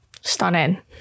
stunning